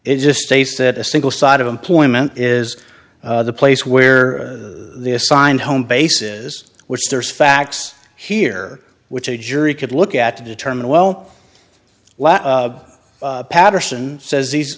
it just states that a single side of employment is the place where the assigned home base is which there's facts here which a jury could look at to determine well patterson says these